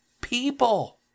people